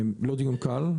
זה לא דיון קל.